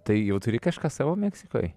tai jau turi kažką savo meksikoj